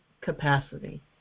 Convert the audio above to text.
capacity